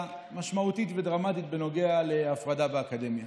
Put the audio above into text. משמעותית ודרמטית בנוגע להפרדה באקדמיה.